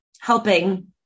helping